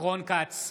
רון כץ,